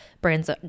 brands